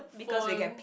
phone